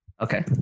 Okay